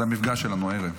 זה המפגש שלנו הערב.